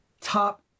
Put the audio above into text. Top